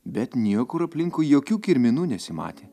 bet niekur aplinkui jokių kirminų nesimatė